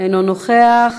אינו נוכח.